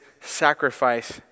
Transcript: sacrifice